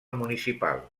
municipal